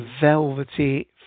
velvety